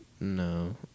No